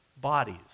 bodies